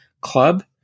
Club